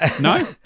no